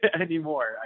anymore